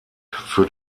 für